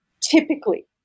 typically